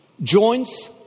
joints